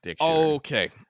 Okay